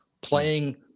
playing